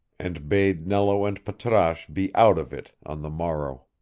and bade nello and patrasche be out of it on the morrow.